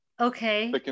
Okay